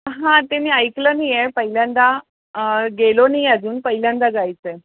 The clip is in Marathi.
हां ते मी ऐकलं नाही आहे पहिल्यांदा गेलो नाही अजून पहिल्यांदा जायचं आहे